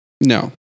No